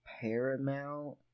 Paramount